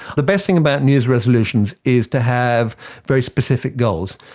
the best thing about new year's resolutions is to have very specific goals.